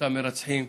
לאותם מרצחים: